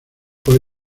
fue